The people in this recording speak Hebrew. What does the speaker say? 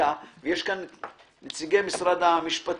בחקיקה ונמצאים כאן אנשי משרד המשפטים.